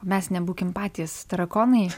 mes nebūkim patys tarakonai